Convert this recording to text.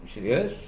yes